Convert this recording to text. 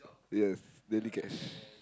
yes then he catch